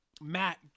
Matt